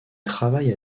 travaille